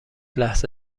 لحظه